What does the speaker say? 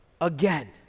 Again